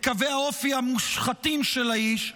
את קווי האופי המושחתים של האיש,